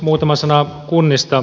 muutama sana kunnista